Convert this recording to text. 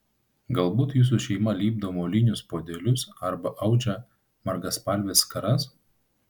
galbūt jūsų šeima lipdo molinius puodelius arba audžia margaspalves skaras